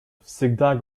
всегда